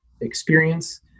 experience